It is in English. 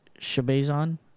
Shabazan